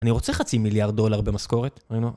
אני רוצה חצי מיליארד דולר במשכורת